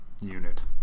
unit